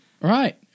Right